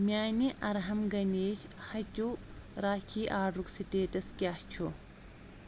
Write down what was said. میانہِ ارہم گنیش ہچو راکھی آڈرُک سٹیٹس کیٚاہ چھ